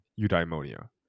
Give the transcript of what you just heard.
eudaimonia